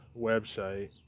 website